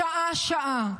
שעה-שעה,